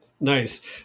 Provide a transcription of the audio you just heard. Nice